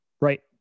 Right